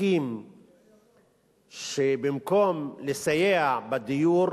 חוקים שבמקום לסייע בדיור,